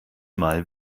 mal